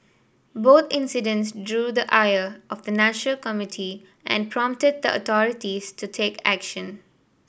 both incidents drew the ire of the nature community and prompted the authorities to take action